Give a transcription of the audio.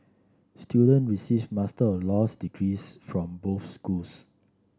student receive Master of Laws degrees from both schools